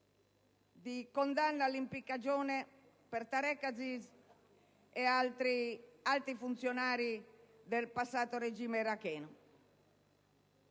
di condanna all'impiccagione per Tareq Aziz e altri alti funzionari del passato regime iracheno.